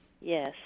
Yes